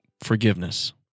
forgiveness